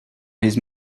his